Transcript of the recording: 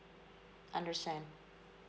understand